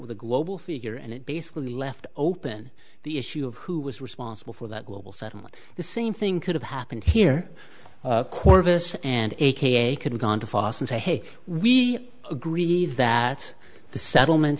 with a global figure and it basically left open the issue of who was responsible for that global settlement the same thing could have happened here corvus and a k a could've gone to foss and say hey we agree that the settlement